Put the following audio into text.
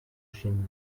chêne